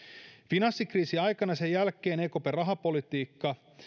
finanssikriisin aikana ja sen jälkeen ekpn rahapolitiikka